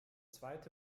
zweite